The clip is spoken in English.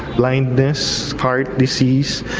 blindness, heart disease,